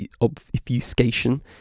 obfuscation